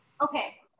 Okay